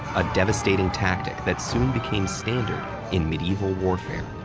a devastating tactic that soon became standard in medieval warfare.